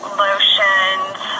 lotions